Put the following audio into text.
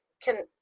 can,